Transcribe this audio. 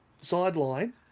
sideline